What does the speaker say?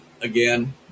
Again